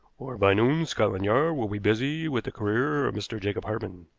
or by noon scotland yard will be busy with the career of mr. jacob hartmann.